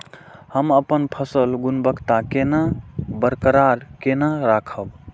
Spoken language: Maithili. हम अपन फसल गुणवत्ता केना बरकरार केना राखब?